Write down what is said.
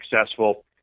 successful